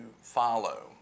follow